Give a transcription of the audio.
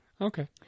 Okay